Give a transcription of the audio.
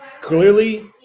clearly